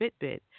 Fitbit